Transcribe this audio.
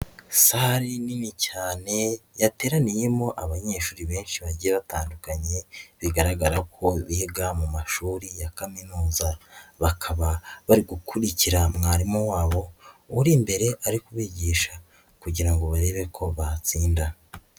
Sali nini cyane yateraniyemo abanyeshuri benshi bagiye batandukanye bigaragara ko biga mu mashuri ya kaminuza, bakaba bari gukurikira mwarimu wabo uri imbere ari kubigisha kugira ngo barebe ko batsinda.